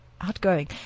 Outgoing